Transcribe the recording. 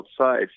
outside